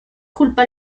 culpa